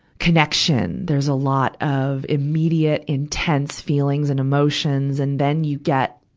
connection. there's a lot of immediate, intense feelings and emotions. and then you get,